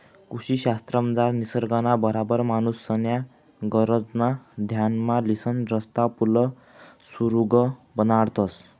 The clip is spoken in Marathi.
कृषी शास्त्रमझार निसर्गना बराबर माणूसन्या गरजा ध्यानमा लिसन रस्ता, पुल, सुरुंग बनाडतंस